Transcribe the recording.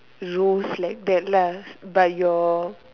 rows like that lah by your